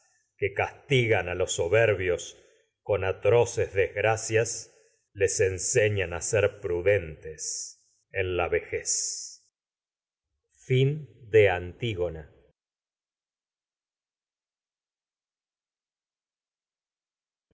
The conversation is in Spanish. que castigan a los soberbios prudentes atx oces desgra cias les ensenan ser en la vejez